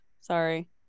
Sorry